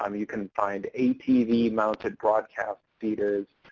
um you can find atv-mounted broadcast seeders.